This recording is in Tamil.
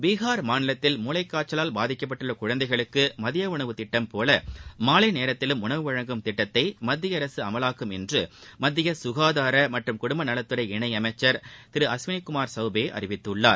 பீகார் மாநிலத்தில் மூளைக்காய்ச்சல் பாதிக்கப்பட்டுள்ள குழந்தைகளுக்கு மதிய உணவு திட்டம் போல மாலை நேரத்திலும் உணவு வழங்கும் திட்டத்தை மத்திய அரசு அமவாக்கும் என்று மத்திய சுகாதார மற்றும் குடும்பநலத்துறை இணையமைச்சர் திரு அஸ்வனி குமார் சௌபே தெரிவித்துள்ளார்